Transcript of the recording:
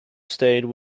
stayed